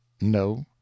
No